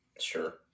Sure